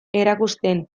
erakusten